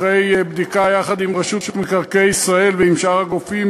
אחרי בדיקה יחד עם רשות מקרקעי ישראל ועם שאר הגופים,